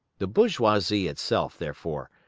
the bourgeoisie itself, therefore,